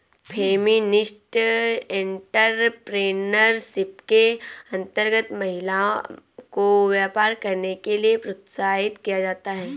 feminist entrepreneurship के अंतर्गत महिला को व्यापार करने के लिए प्रोत्साहित किया जाता है